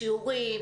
שיעורים,